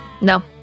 No